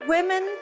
Women